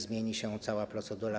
Zmieni się cała procedura.